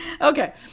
Okay